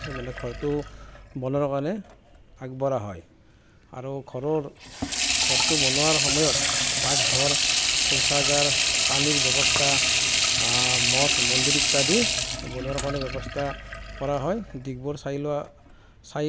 পাছত মানে ঘৰটো বনোৱাৰ কাৰণে আগবাঢ়া হয় আৰু ঘৰৰ আৰু ঘৰটো বনোৱাৰ সময়ত পাকঘৰ শৌচাগাৰ পানীৰ ব্যৱস্থা মঠ মন্দিৰ ইত্যাদি বনোৱাৰ কাৰণে ব্যৱস্থা কৰা হয় দিশবোৰ চাই লোৱা চাই